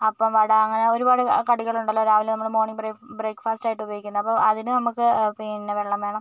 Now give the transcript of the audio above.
അപ്പം വട അങ്ങനെ ഒരുപാട് കടികളുണ്ടല്ലോ രാവിലെ നമ്മൾ മോർണിംഗ് ബ്രേക്ക് ബ്രേക്ക് ഫാസ്റ്റായിട്ട് ഉപയോഗിക്കുന്ന അപ്പോൾ അതിന് നമുക്ക് പിന്നെ വെള്ളം വേണം